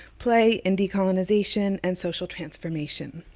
play in decolonization and social transformation.